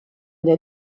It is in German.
der